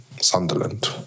Sunderland